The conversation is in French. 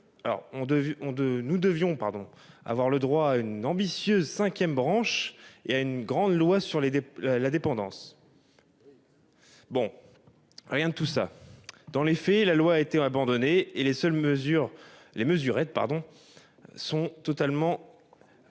! Nous aurions dû avoir droit à une ambitieuse cinquième branche et à une grande loi sur la dépendance. Rien de tel ! Dans les faits, la loi a été abandonnée et les mesurettes annoncées ont totalement